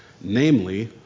namely